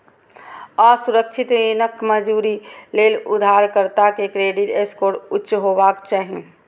असुरक्षित ऋणक मंजूरी लेल उधारकर्ता के क्रेडिट स्कोर उच्च हेबाक चाही